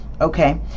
okay